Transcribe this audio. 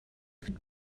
would